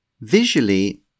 Visually